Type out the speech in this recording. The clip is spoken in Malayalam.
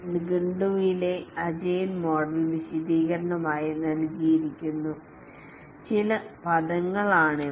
നിഘണ്ടുവിലെ അജിലെ മോഡൽ വിശദീകരണമായി നൽകിയിരിക്കുന്ന ചില പദങ്ങളാണിവ